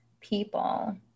People